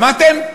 שמעתם?